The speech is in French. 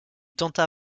tenta